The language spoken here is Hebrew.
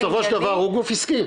בסופו של דבר הוא גוף עסקי.